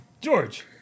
George